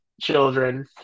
children